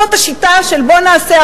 זאת השיטה של בוא נעשה,